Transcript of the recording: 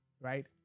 right